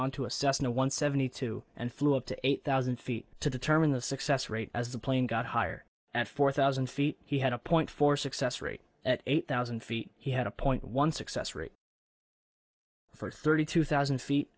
onto a cessna one seventy two and flew up to eight thousand feet to determine the success rate as the plane got higher at four thousand feet he had a point for success rate at eight thousand feet he had a point one success rate for thirty two thousand feet